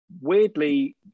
weirdly